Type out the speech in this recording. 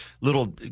little